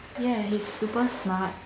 ya he's super smart